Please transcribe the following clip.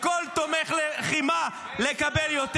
לכל תומך לחימה לקבל יותר.